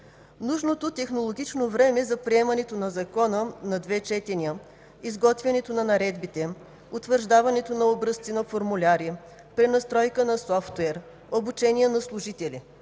Нужното технологично време за приемането на Закона на две четения, изготвянето на наредбите, утвърждаването на образци на формуляри, пренастройка на софтуер, обучение на служители,